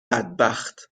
بدبخت